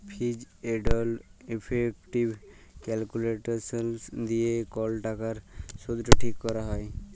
ফিজ এলড ইফেকটিভ ক্যালকুলেসলস দিয়ে কল টাকার শুধট ঠিক ক্যরা হ্যয়